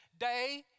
day